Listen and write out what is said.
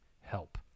help